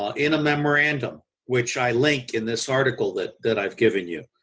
ah in a memorandum which i link in this artlicle that that i've given you.